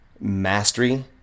mastery